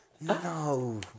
No